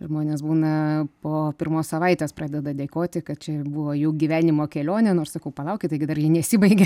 žmonės būna po pirmos savaitės pradeda dėkoti kad čia ir buvo jų gyvenimo kelionė nors sakau palaukit taigi dar nesibaigė